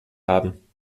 haben